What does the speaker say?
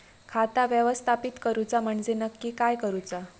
खाता व्यवस्थापित करूचा म्हणजे नक्की काय करूचा?